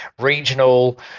regional